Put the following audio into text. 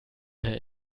der